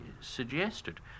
suggested